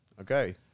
Okay